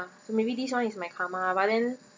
so maybe this one is my karma but then